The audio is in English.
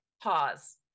Pause